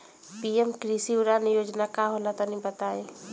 PM कृषि उड़ान योजना का होला तनि बताई?